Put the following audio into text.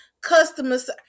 customers